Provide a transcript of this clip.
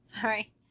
Sorry